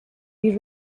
the